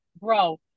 bro